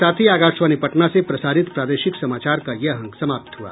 इसके साथ ही आकाशवाणी पटना से प्रसारित प्रादेशिक समाचार का ये अंक समाप्त हुआ